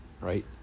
right